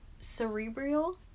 cerebral